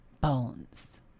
bones